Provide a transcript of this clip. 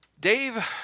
Dave